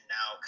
now